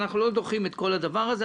אנחנו לא דוחים את כל הדבר הזה,